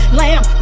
lamb